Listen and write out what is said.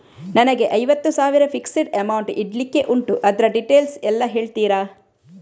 ನನಗೆ ಐವತ್ತು ಸಾವಿರ ಫಿಕ್ಸೆಡ್ ಅಮೌಂಟ್ ಇಡ್ಲಿಕ್ಕೆ ಉಂಟು ಅದ್ರ ಡೀಟೇಲ್ಸ್ ಎಲ್ಲಾ ಹೇಳ್ತೀರಾ?